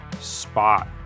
SPOT